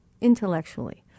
intellectually